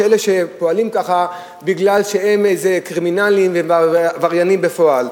שאלה שפועלים ככה כי הם קרימינלים ועבריינים בפועל.